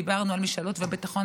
דיברנו על משילות וביטחון,